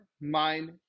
mind